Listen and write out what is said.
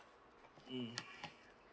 mm